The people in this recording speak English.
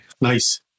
Nice